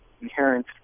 inherent